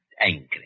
angry